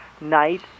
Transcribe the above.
night